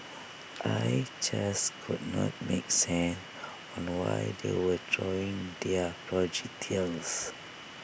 I just could not make sand and why they were throwing their projectiles